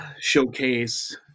showcase